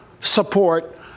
support